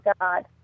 God